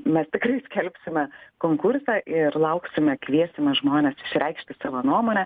mes tikrai skelbsime konkursą ir lauksime kviesime žmones išreikšti savo nuomonę